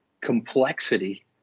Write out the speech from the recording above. complexity